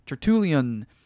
Tertullian